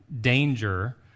danger